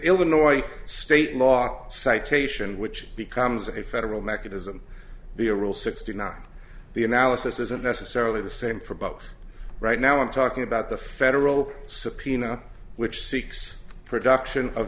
illinois state law citation which becomes a federal mechanism to rule sixteen not the analysis isn't necessarily the same for both right now i'm talking about the federal subpoena which seeks production of